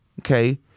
Okay